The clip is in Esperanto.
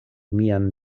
mian